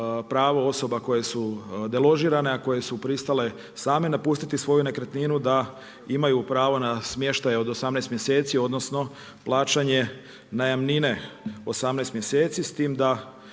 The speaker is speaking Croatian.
pravo osoba koje su deložirane, a koje su pristale same napustiti svoju nekretninu, da imaju pravo na smještaj od 18 mjeseci, odnosno, plaćanje najamnine 18 mjeseci, s tim da